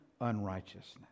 unrighteousness